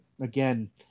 again